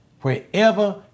Wherever